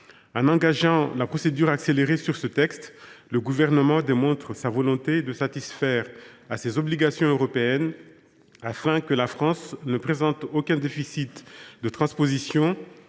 En engageant la procédure accélérée sur ce texte, le Gouvernement démontre sa volonté de satisfaire à ses obligations européennes, afin que la France ne présente aucun déficit de transposition